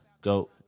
Go